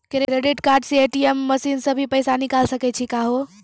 Credit card से ATM machine से भी पैसा निकल सकै छि का हो?